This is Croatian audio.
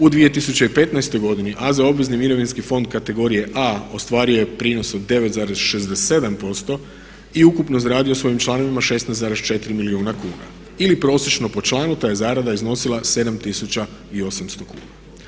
U 2015.godini AZ obvezni mirovinski fond kategorije A ostvario je prinos od 9,67% i ukupno zaradio svojim članovima 16,4 milijuna kuna ili prosječno po članu ta je zarada iznosila 7800 kuna.